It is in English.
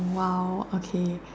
!wow! okay